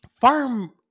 Farm